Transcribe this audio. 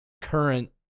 current